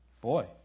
Boy